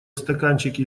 стаканчики